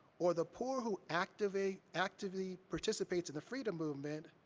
or the poor who actively actively participates in the freedom movement,